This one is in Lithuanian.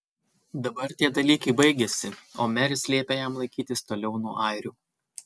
dabar tie dalykai baigėsi o meris liepė jam laikytis toliau nuo airių